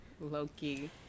Loki